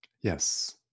Yes